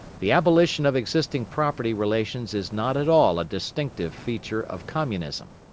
the abolition of existing property relations is not at all a distinctive feature of communism.